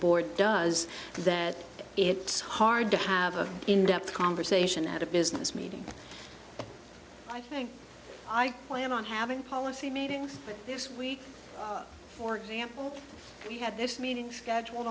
board does that it's hard to have an in depth conversation at a business meeting i think i plan on having policy meetings this week for example we had this meeting scheduled